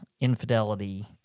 infidelity